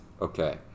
Okay